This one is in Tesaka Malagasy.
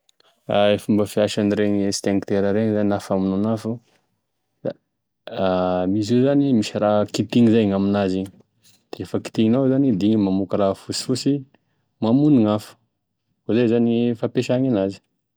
E fomba fiasan'iregny extincteur regny zagny na famonoan'afo iregny zany da izy io zany misy raha kithina zay gn'aminazy igny de refa kitihinao zagny izy da igny mamoky raha fosifosy da e mamono gn'afo, akoizay zany e fampesagny enazy.